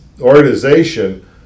organization